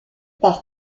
par